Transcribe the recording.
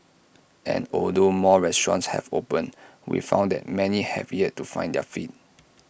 and although more restaurants have opened we found that many have yet to find their feet